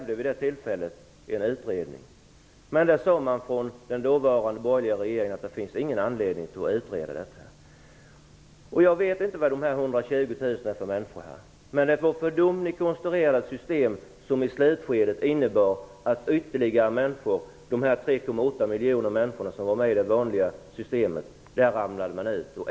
Det var därför vi krävde en utredning vid det tillfället. Den dåvarande borgerliga regeringen sade att det inte fanns någon anledning att utreda. Jag vet inte vad de 120 000 människorna är för några. Men det var för dem ni konstruerade ett system som i slutskedet innebar att ytterligare människor bland de 3,8 miljoner som var med i det vanliga systemet ramlade ur.